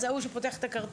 זה ההוא שפותח את הקרטון,